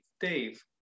Dave